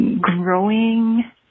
growing